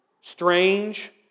Strange